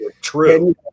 True